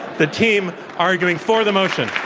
the team arguing for the motion.